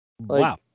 wow